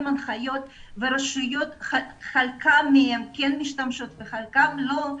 הנחיות והרשויות חלקן כן משתמשות וחלקן לא,